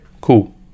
cool